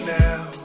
now